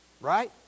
right